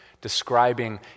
describing